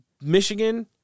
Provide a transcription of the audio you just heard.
Michigan